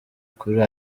kuri